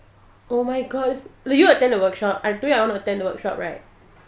oh my god did you attend the workshop I told you I want to attend the workshop right